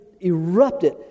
erupted